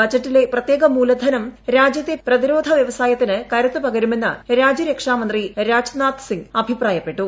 ബജറ്റിലെ പ്രത്യേക മൂലധനം രാജ്യത്തെ പ്രതിരോധ വൃവസായത്തിന് കരുത്ത് പകരുമെന്ന് രാജൃരക്ഷാമന്ത്രി രാജ്നാഥ് സിങ് അഭിപ്രായപ്പെട്ടു